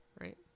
right